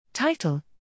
Title